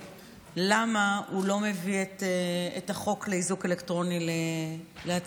למה הוא לא מביא את החוק לאיזוק אלקטרוני להצבעה.